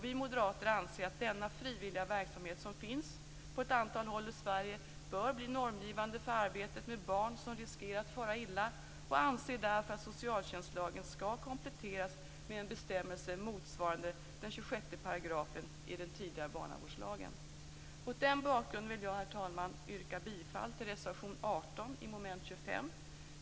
Vi moderater anser att denna frivilliga verksamhet som finns på ett antal håll i Sverige bör bli normgivande för arbetet med barn som riskerar att fara illa och anser därför att socialtjänstlagen bör kompletteras med en bestämmelse motsvarande 26 § i den tidigare barnavårdslagen. Mot den bakgrunden yrkar jag, herr talman, bifall till reservation 18 under mom. 25.